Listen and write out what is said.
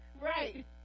Right